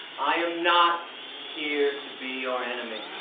i'm not here to be your enemy.